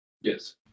yes